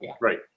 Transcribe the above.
Right